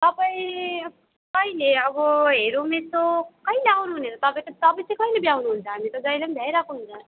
तपाईँ कहिले अब हेरौँ यसो कहिले आउनुहुने तपाईँको तपाईँ चाहिँ कहिले भ्याउनुहुन्छ हामी त जहिले पनि भ्याइरहेको हुन्छ